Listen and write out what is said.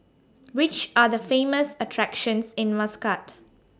Which Are The Famous attractions in Muscat